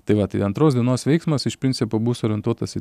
tai va tai antros dienos veiksmas iš principo bus orientuotas į